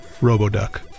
Roboduck